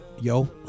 yo